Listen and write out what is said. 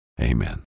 Amen